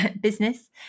business